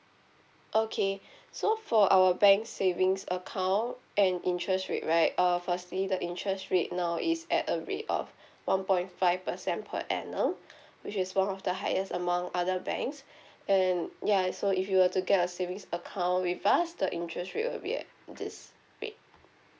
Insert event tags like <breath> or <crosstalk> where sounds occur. okay so for our bank savings account and interest rate right err firstly the interest rate now is at a rate of one point five percent per annum <breath> which is one of the highest among other banks <breath> and ya so if you were to get a savings account with us the interest rate will be at this rate